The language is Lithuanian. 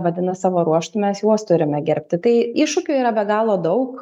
vadinas savo ruožtu mes juos turime gerbti tai iššūkių yra be galo daug